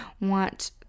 want